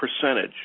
percentage